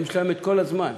הם שם כל הזמן.